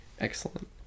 Excellent